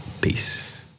Peace